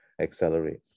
Accelerate